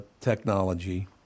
technology